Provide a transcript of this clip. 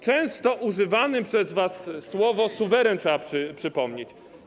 Często używane przez was słowo „suweren” trzeba przypomnieć.